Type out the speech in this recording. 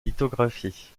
lithographies